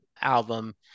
album